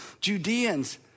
Judeans